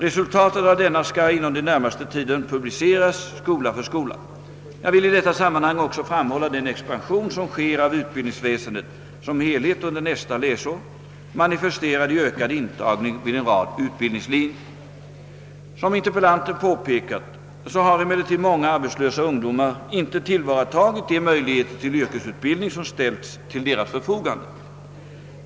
Resultatet av denna skall inom den närmaste tiden publiceras skola för skola. Jag vill i detta sam manhang också framhålla den expansion som sker av utbildningsväsendet som helhet under nästa läsår, manifesterad i ökad intagning vid en rad utbildningslinjer. Som interpellanten påpekat har emellertid många arbetslösa ungdomar inte tillvaratagit de möjligheter till yrkesutbildning som ställts till deras förfogande.